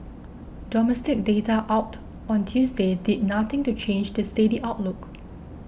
domestic data out on Tuesday did nothing to change the steady outlook